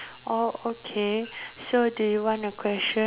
oh okay so do you want a question